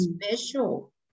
special